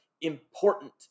important